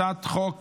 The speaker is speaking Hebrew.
הצעת החוק